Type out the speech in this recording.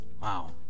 Wow